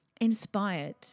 inspired